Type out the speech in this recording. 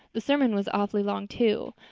the sermon was awfully long, too.